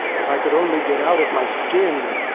if i could only get out of my skin,